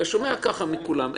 אתה שומע ככה מכולם.